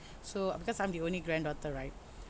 so because I'm the only granddaughter right